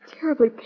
terribly